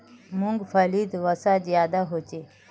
मूंग्फलीत वसा ज्यादा होचे